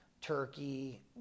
turkey